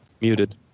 Muted